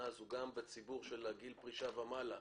הזאת גם בציבור של גיל הפרישה ומעלה,